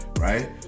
Right